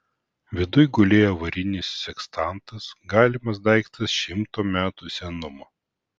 viduj gulėjo varinis sekstantas galimas daiktas šimto metų senumo